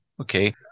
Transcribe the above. Okay